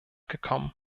gekommen